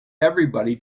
everybody